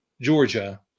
Georgia